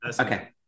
Okay